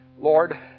Lord